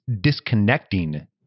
disconnecting